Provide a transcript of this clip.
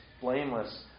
blameless